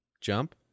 Jump